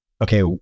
okay